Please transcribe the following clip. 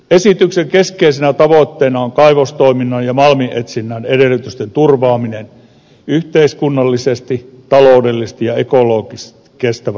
esityksen keskeisenä tavoitteena on kaivostoiminnan ja malminetsinnän edellytysten turvaaminen yhteiskunnallisesti taloudellisesti ja ekologisesti kestävällä tavalla